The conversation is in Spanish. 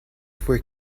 fue